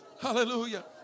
Hallelujah